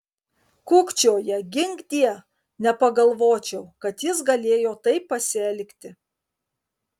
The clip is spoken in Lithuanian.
kukčioja ginkdie nepagalvočiau kad jis galėjo taip pasielgti